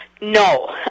no